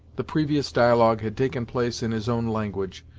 the previous dialogue had taken place in his own language,